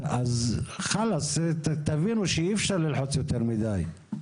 אז חאלס, תבינו שאי אפשר ללחוץ יותר מדיי.